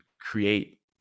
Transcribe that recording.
create